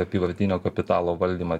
apyvartinio kapitalo valdymą